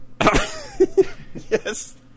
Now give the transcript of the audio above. Yes